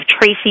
Tracy